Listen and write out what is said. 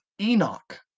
Enoch